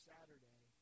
Saturday